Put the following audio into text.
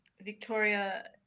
Victoria